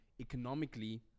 economically